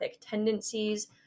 tendencies